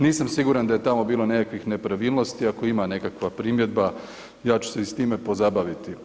Nisam siguran da je tamo bilo nekakvih nepravilnosti, ako ima nekakva primjedba ja ću se i s time pozabaviti.